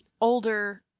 older